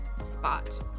spot